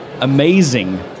amazing